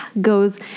goes